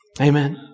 Amen